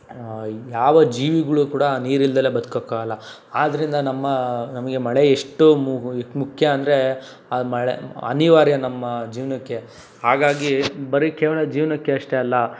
ಯಾವ ಜೀವಿಗಳೂ ಕೂಡ ನೀರಿಲ್ದಲೆ ಬದ್ಕೋಕಾಗಲ್ಲ ಆದ್ದರಿಂದ ನಮ್ಮ ನಮಗೆ ಮಳೆ ಎಷ್ಟು ಮುಖ್ಯ ಅಂದರೆ ಆ ಮಳೆ ಅನಿವಾರ್ಯ ನಮ್ಮ ಜೀವನಕ್ಕೆ ಹಾಗಾಗಿ ಬರೀ ಕೇವಲ ಜೀವನಕ್ಕೆ ಅಷ್ಟೇ ಅಲ್ಲ